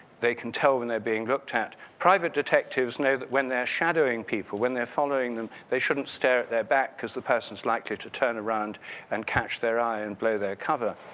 they can tell when they're being look at. private detectives know that when they're shadowing people, when they're following them they shouldn't stare at their back because the person is likely to turn around and catch their eye and blow their cover.